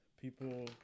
people